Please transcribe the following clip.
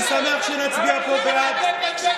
אני שמח שנצביע פה בעד.